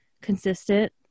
consistent